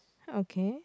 okay